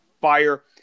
fire